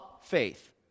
faith